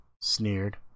Sneered